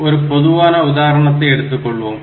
ஒரு பொதுவான உதாரணத்தை எடுத்துக் கொள்வோம்